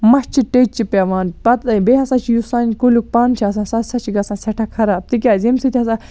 مَچھہِ ٹیٚچہ پیٚوان پَتہٕ بیٚیہِ ہَسا چھُ یُس سانہِ کُلیُک پَن چھُ آسان سُہ ہَسا چھُ گژھان سیٚٹھاہ خراب تکیازِ ییٚمہ سۭتۍ ہَسا